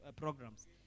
programs